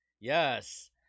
Yes